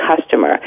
customer